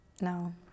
No